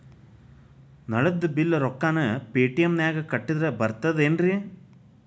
ನಳದ್ ಬಿಲ್ ರೊಕ್ಕನಾ ಪೇಟಿಎಂ ನಾಗ ಕಟ್ಟದ್ರೆ ಬರ್ತಾದೇನ್ರಿ?